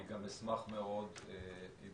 אני גם אשמח מאוד אם